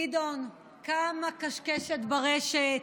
גדעון, כמה קשקשת ברשת,